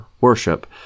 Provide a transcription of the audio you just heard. worship